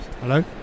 Hello